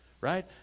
right